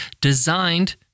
designed